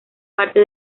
parte